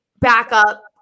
backup